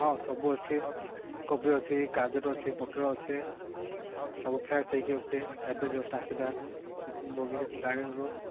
ହଁ ସବୁ ଅଛି କୋବି ଅଛି ଗାଜର ଅଛି ପୋଟଳ ଅଛି ସବୁ ଫ୍ରେସ୍ ହେଇକି ଅଛି ଏବେ ଯଷ୍ଟ ଆସିଲା ଗାର୍ଡ଼େନ୍ରୁ